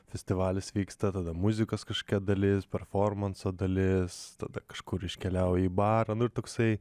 festivalis vyksta tada muzikos kažkokia dalis performanso dalis tada kažkur iškeliaujį į barą nu ir toksai